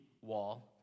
wall